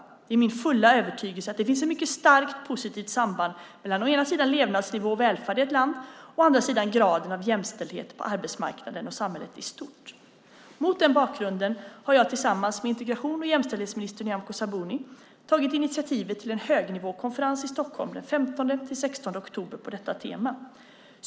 Det är min fulla övertygelse att det finns ett mycket starkt positivt samband mellan å ena sidan levnadsnivå och välfärd i ett land och å andra sidan graden av jämställdhet på arbetsmarknaden och i samhället i stort. Mot den bakgrunden har jag tillsammans med integrations och jämställdhetsminister Nyamko Sabuni tagit initiativ till en högnivåkonferens i Stockholm den 15-16 oktober på detta tema.